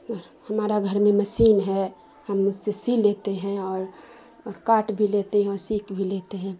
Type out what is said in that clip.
ہمارا گھر میں مشین ہے ہم اس سے سی لیتے ہیں اور کاٹ بھی لیتے ہیں او سیکھ بھی لیتے ہیں